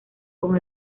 con